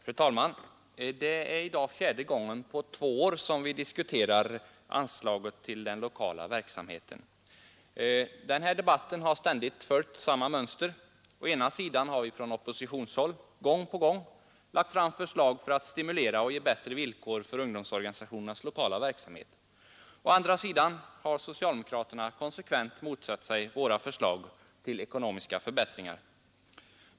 Fru talman! Det är i dag fjärde gången på två år vi diskuterar anslaget till ungdomsorganisationernas lokala verksamhet. Debatten har ständigt följt samma mönster: å ena sidan har vi från oppositionshåll gång på gång lagt fram förslag för att stimulera och ge bättre villkor för ungdomsorganisationernas lokala verksamhet, å andra sidan har socialdemokraterna konsekvent motsatt sig våra förslag till ekonomiska förbättringar.